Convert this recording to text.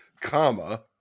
Comma